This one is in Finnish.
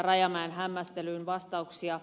rajamäen hämmästelyyn vastauksia